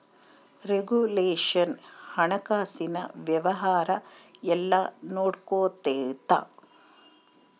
regulation ಹಣಕಾಸಿನ ವ್ಯವಹಾರ ಎಲ್ಲ ನೊಡ್ಕೆಂತತೆ